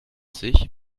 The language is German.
sich